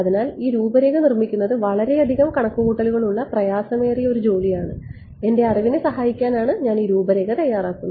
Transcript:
അതിനാൽ ഈ രൂപരേഖ നിർമ്മിക്കുന്നത് വളരെയധികം കണക്കുകൂട്ടലുകൾ ഉള്ള പ്രയാസമേറിയ ഒരു ജോലി ആണ് എന്റെ അറിവിനെ സഹായിക്കാനാണ് ഞാൻ ഈ രൂപരേഖ തയ്യാറാക്കുന്നത്